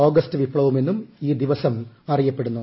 August വിപ്ലവം എന്നും ഈ ദിവസം അറിയപ്പെടുന്നു